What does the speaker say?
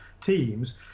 teams